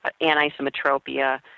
anisometropia